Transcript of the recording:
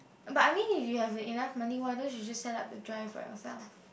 but I mean if you have enough money why don't you just set up the drive by yourself